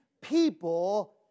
people